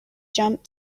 jump